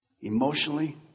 emotionally